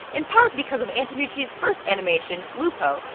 in part because of antonucci's first animation, lupo,